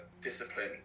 discipline